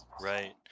Right